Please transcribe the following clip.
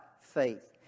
faith